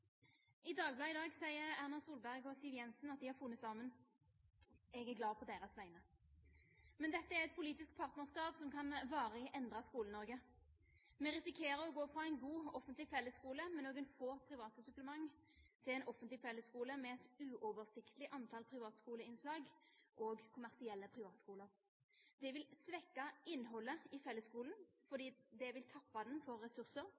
I Dagbladet i dag sier Erna Solberg og Siv Jensen at de har funnet sammen. Jeg er glad på deres vegne. Men dette er et politisk partnerskap som kan varig endre Skole-Norge. Vi risikerer å gå fra en god offentlig fellesskole med noen få private supplement til en offentlig fellesskole med et uoversiktlig antall privatskoleinnslag og kommersielle privatskoler. Det vil svekke innholdet i fellesskolen fordi det vil tappe den for ressurser,